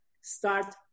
start